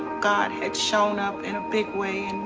god had shown up in a big way,